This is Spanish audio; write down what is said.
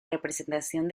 representación